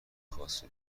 خاصی